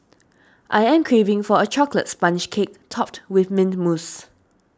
I am craving for a Chocolate Sponge Cake Topped with Mint Mousse